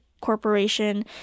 corporation